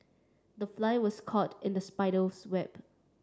the fly was caught in the spider's web